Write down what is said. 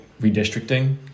redistricting